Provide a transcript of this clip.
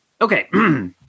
Okay